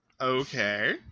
okay